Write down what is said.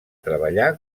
treballar